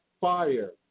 fire